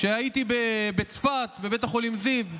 כשהייתי בצפת, בבית החולים זיו,